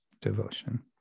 devotion